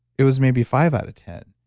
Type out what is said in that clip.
it was maybe five out of ten.